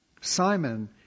Simon